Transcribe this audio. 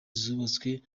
zubatswe